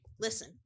Listen